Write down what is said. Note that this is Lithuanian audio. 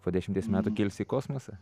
po dešimties metų kilsi į kosmosą